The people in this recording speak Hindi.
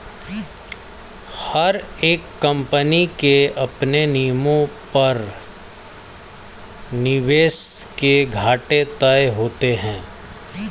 हर एक कम्पनी के अपने नियमों पर निवेश के घाटे तय होते हैं